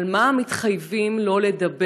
על מה מתחייבים לא לדבר,